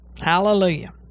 Hallelujah